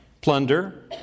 plunder